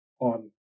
on